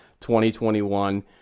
2021